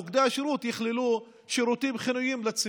מוקדי השירות יכללו שירותים חיוניים לציבור.